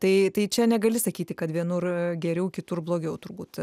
tai tai čia negali sakyti kad vienur geriau kitur blogiau turbūt